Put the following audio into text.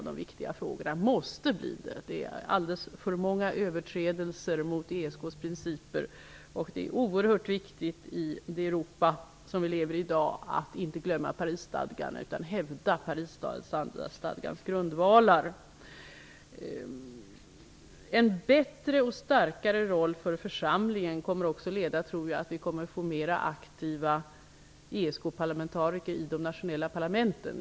Det sker alldeles för många överträdelser av ESK:s principer, och det är oerhört viktigt att vi i dagens Europa inte glömmer Parisstadgan utan hävdar dess grundvalar. Jag tror också att en bättre och starkare roll för församlingen kommer att leda till att vi får mera aktiva ESK-parlamentariker i de nationella parlamenten.